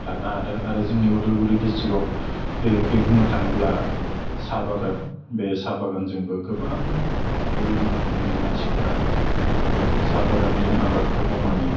लानो हादों आरो जोंनि अदालगुरि दिसट्रिक्टआव बेखै बुंनो थाङोब्ला साहा बागान बे साहा बागानजोंबो गोबां बे बायदिनो जोंनि मानसिफ्रा आबादफोरखौ साहा बागानि आबादखौ मावनानै